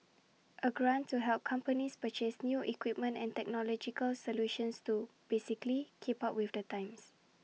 A grant to help companies purchase new equipment and technological solutions to basically keep up with the times